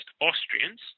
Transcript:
Austrians